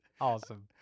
Awesome